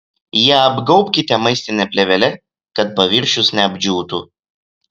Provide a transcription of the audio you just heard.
ją apgaubkite maistine plėvele kad paviršius neapdžiūtų